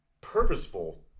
purposeful